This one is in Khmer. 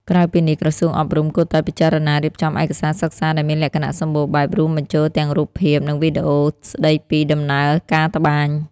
ក្រៅពីនេះ ក្រសួងអប់រំគួរតែពិចារណារៀបចំឯកសារសិក្សាដែលមានលក្ខណៈសម្បូរបែប រួមបញ្ចូលទាំងរូបភាព និងវីដេអូស្តីពីដំណើរការត្បាញ។